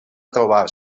trobar